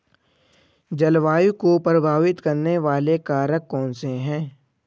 जलवायु को प्रभावित करने वाले कारक कौनसे हैं?